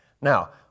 Now